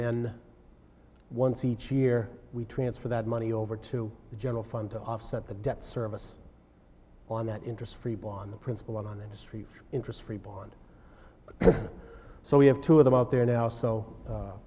then once each year we transfer that money over to the general fund to offset the debt service on that interest for people on the principle on the industry interest free bond so we have two of them out there now so